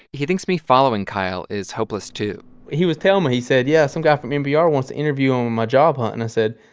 he thinks me following kyle is hopeless, too he was telling me he said, yeah, some guy from npr wants to interview on my job. ah and i said,